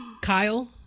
Kyle